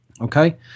okay